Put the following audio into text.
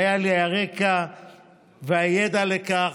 והיו לי הרקע והידע לכך.